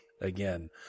again